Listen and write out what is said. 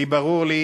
ברור לי